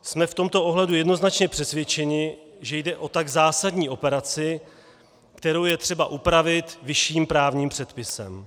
Jsme v tomto ohledu jednoznačně přesvědčeni, že jde o tak zásadní operaci, kterou je třeba upravit vyšším právním předpisem.